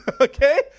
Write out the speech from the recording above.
Okay